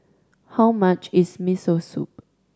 how much is Miso Soup